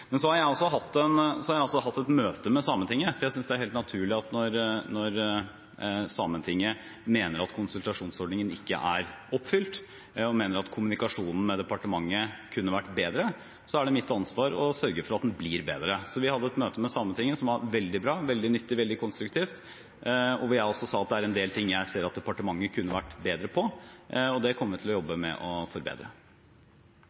men eg er ikkje heilt sikker på om eg har forstått det rett. Kan ministeren utdjupe det? Konsultasjonsordningen fungerer begge veier. Det betyr at det også er en vurdering av hva som er relevant å konsultere om. Da skal det være saker i lovproposisjonen eller i saken som direkte involverer samiske interesser. Så har jeg hatt et møte med Sametinget, for jeg synes det er helt naturlig at når Sametinget mener at konsultasjonsordningen ikke er oppfylt, og at kommunikasjonen med departementet kunne vært bedre, er det mitt ansvar å sørge for at den blir bedre. Vi hadde et møte med Sametinget som var veldig bra, veldig nyttig og